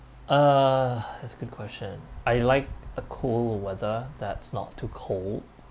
uh that's good question I like a cool weather that's not too cold